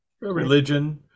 Religion